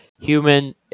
Human